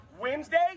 Wednesday